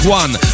one